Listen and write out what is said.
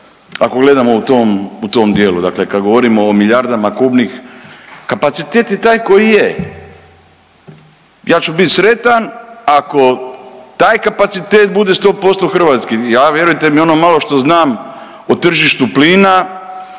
ako gledamo u tom, u tom dijelu dakle kad govorimo o milijardama kubnih, kapacitet je taj koji je. Ja ću bit sretan ako taj kapacitet bude 100% hrvatski, ja vjerujte mi ono malo što znam o tržištu plina,